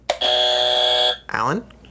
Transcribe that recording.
Alan